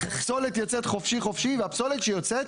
פסולת יוצאת חופשי חופשי והפסולת שיוצאת